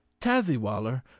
tazzywaller